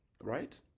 right